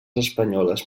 espanyoles